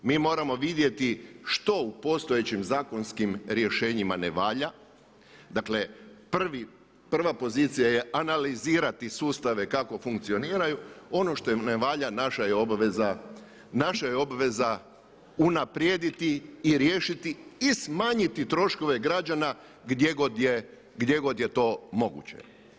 Mi moramo vidjeti što u postojećim zakonskim rješenjima ne valja, dakle prva pozicija je analizirati sustave kako funkcioniraju, ono što im ne valja naša je obaveza unaprijediti i riješiti i smanjiti troškove građana gdje god je to moguće.